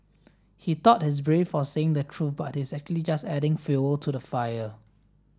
he thought he's brave for saying the truth but he's actually just adding fuel to the fire